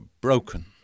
broken